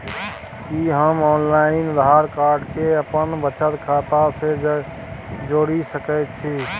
कि हम online Aadhaar card के अपन बचत खाता से जोरि सकै छी?